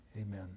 Amen